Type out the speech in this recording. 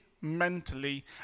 mentally